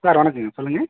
sir வணக்கங்க சொல்லுங்கள்